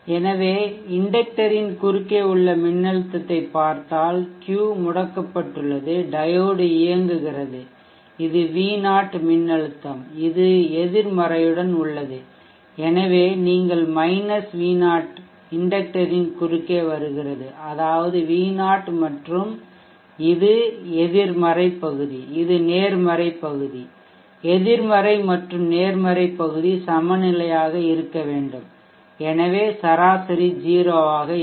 எனவே inductor inductor இன் குறுக்கே உள்ள மின்னழுத்தத்தைப் பார்த்தால் Q முடக்கப்பட்டுள்ளது டையோடு இயங்குகிறது இது V0 மின்னழுத்தம் இது எதிர்மறையுடன் உள்ளது எனவே நீங்கள் V0 இண்டெக்டர்யின் குறுக்கே வருகிறது அதாவது V0 மற்றும் இது எதிர்மறை பகுதி இது நேர்மறை பகுதி எதிர்மறை மற்றும் நேர்மறை பகுதி சமநிலையாக இருக்க வேண்டும் எனவே சராசரி 0 ஆக இருக்கும்